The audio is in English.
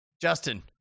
Justin